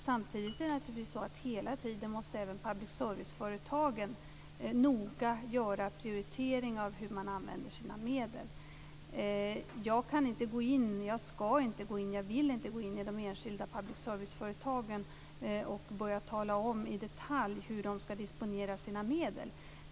Samtidigt är det naturligtvis så att även public service-företagen hela tiden noga måste göra prioriteringar av hur man använder sina medel. Jag kan inte, skall inte och vill inte gå in i de enskilda public service-företagen och börja tala om i detalj hur de skall disponera sina medel.